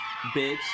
bitch